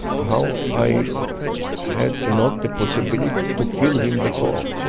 how i had not the possibility to kill him before?